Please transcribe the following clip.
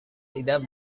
tidak